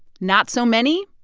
not so many,